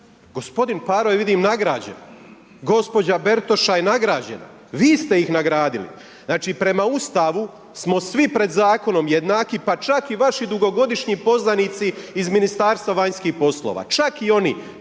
Gospodin Paro je vidim nagrađen. Gospođa Bertoša je nagrađena. Vi ste ih nagradili. Znači prema Ustavu smo svi pred zakonom jednaki, pa čak i vaši dugogodišnji poznanici iz Ministarstva vanjskih poslova. Čak i oni